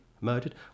murdered